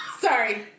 Sorry